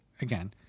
again